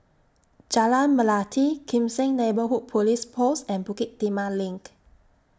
Jalan Melati Kim Seng Neighbourhood Police Post and Bukit Timah LINK